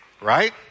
Right